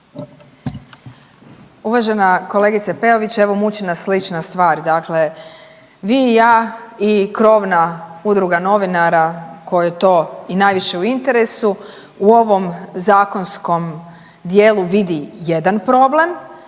Uvažena kolegice Peović evo muči nas slična stvar. Dakle, vi i ja i krovna udruga novinara kojoj je to i najviše u interesu u ovom zakonskom dijelu vidi jedan problem,